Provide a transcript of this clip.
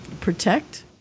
protect